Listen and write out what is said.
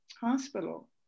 hospital